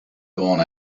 gone